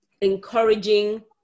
encouraging